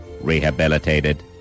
Rehabilitated